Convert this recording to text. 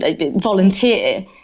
volunteer